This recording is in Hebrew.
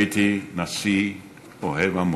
הייתי נשיא אוהב עמו,